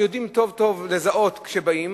הם יודעים טוב לזהות כשבאים,